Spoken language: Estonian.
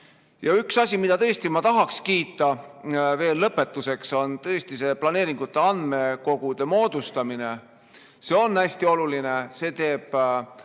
Üks asi, mida ma tõesti tahaks kiita veel lõpetuseks, on tõesti planeeringute andmekogude moodustamine. See on hästi oluline, see teeb